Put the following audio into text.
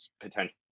potential